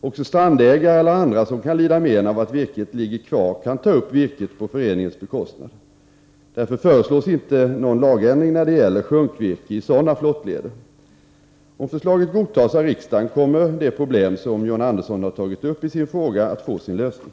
Också strandägare eller andra som kan lida men av att virket ligger kvar kan ta upp virket på föreningens bekostnad. Därför föreslås inte 5 någon lagändring när det gäller sjunkvirke i sådana flottleder. Om förslaget godtas av riksdagen, kommer det problem som John Andersson har tagit upp i sin fråga att få sin lösning.